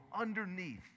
underneath